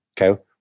Okay